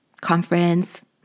conference